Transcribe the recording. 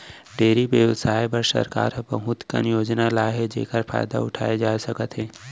dairy बेवसाय बर सरकार ह बहुत कन योजना लाए हे जेकर फायदा उठाए जा सकत हे